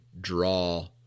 draw